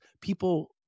people